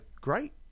great